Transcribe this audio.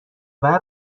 آور